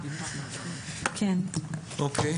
אוקיי.